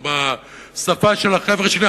או בשפה של החבר'ה שלי,